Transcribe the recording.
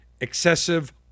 excessive